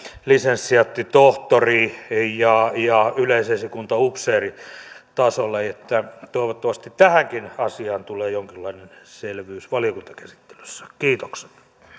lisensiaatti tohtori ja ja yleisesikuntaupseeritasolle toivottavasti tähänkin asiaan tulee jonkinlainen selvyys valiokuntakäsittelyssä kiitokset